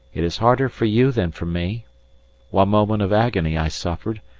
it is harder for you than for me one moment of agony i suffered,